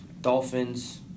Dolphins